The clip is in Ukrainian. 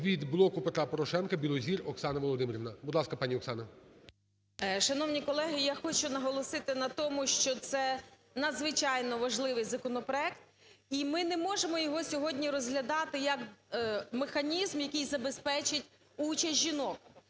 Від "Блоку Петра Порошенка" Білозір Оксана Володимирівна. Будь ласка, пані Оксана. 13:03:51 БІЛОЗІР О.В. Шановні колеги, я хочу наголосити на тому, що це надзвичайно важливий законопроект. І ми не можемо його сьогодні розглядати як механізм, який забезпечить участь жінок.